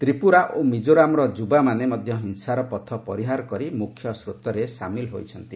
ତ୍ରିପୁରା ଓ ମିକୋରାମର ଯୁବାମାନେ ମଧ୍ୟ ହିଂସାର ପଥ ପରିହାର କରି ମୁଖ୍ୟସ୍ରୋତରେ ସାମିଲ ହୋଇଛନ୍ତି